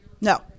No